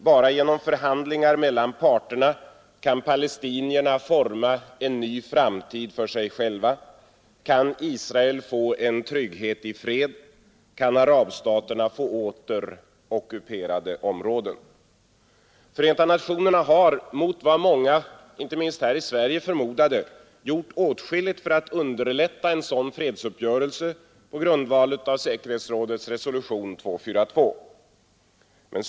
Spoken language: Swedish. Bara genom förhandlingar mellan parterna kan palestinierna forma en ny framtid för sig själva, kan Israel få en trygghet i fred, kan arabstaterna få åter ockuperade områden. Förenta nationerna har mot vad många inte minst här i Sverige förmodade gjort åtskilligt för att underlätta en sådan fredsuppgörelse på grundval av säkerhetsrådets resolution 242.